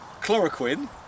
Chloroquine